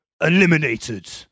eliminated